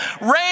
Rain